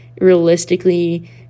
realistically